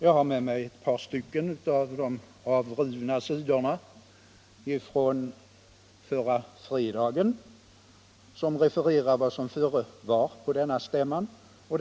Jag har ett par stycken av de avrivna tidningssidorna med mig från förra fredagen, där det lämnas referat från bolagsstämman.